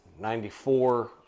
94